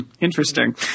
interesting